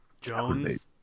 Jones